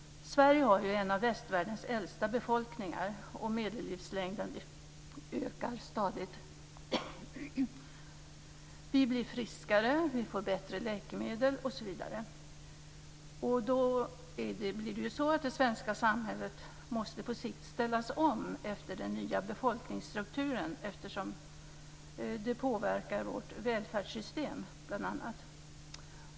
Sverige har en av västvärldens äldsta befolkningar, och medellivslängden ökar stadigt. Vi blir friskare, vi får bättre läkemedel osv. Det svenska samhället måste på sikt ställas om efter den nya befolkningsstrukturen. Vårt välfärdssystem påverkas.